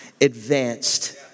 advanced